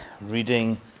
reading